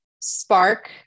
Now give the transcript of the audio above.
spark